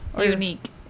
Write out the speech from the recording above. unique